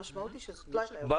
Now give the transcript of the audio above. המשמעות היא --- ברור.